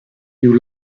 you